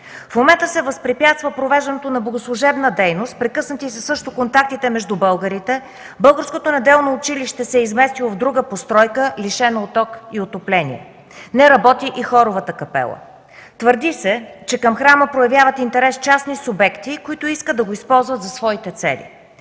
В момента се възпрепятства провеждането на богослужебна дейност, прекъснати са също контактите между българите, българското неделно училище се е изместило в друга постройка, лишена от ток и отопление. Не работи хоровата капела. Твърди се, че към храма проявяват интерес частни субекти, които искат да го използват за своите цели.